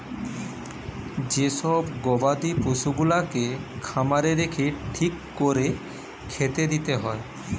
যে সব গবাদি পশুগুলাকে খামারে রেখে ঠিক কোরে খেতে দিতে হয়